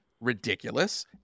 ridiculous